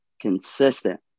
consistent